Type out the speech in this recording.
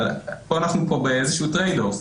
אבל פה אנחנו באיזשהו Trade-off.